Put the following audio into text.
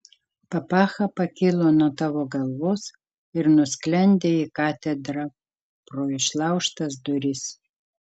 papacha pakilo nuo tavo galvos ir nusklendė į katedrą pro išlaužtas duris